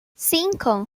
cinco